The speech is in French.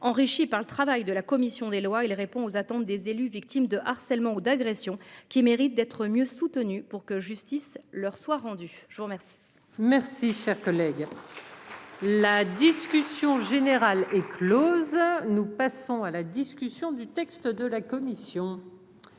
enrichi par le travail de la commission des Lois il répond aux attentes des élus victime de harcèlement ou d'agression qui mérite d'être mieux soutenus pour que justice leur soit rendue, je vous remercie. Merci, cher collègue, la discussion générale est Close. Nous passons à la discussion du texte de la commission